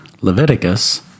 Leviticus